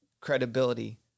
credibility